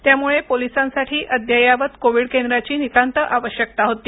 त्यामुळे पोलिसांसाठी अद्यावत कोवीड केंद्राची नितांत आवश्यकता होती